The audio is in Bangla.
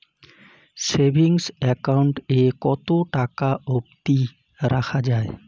সেভিংস একাউন্ট এ কতো টাকা অব্দি রাখা যায়?